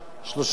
שלוש.